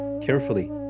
carefully